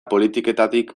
politiketatik